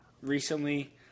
recently